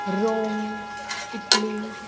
Rome Italy